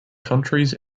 countries